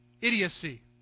idiocy